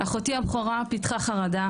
אחותי הבכורה פיתחה חרדה.